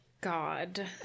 God